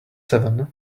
seven